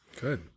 Good